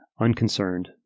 Unconcerned